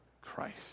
Christ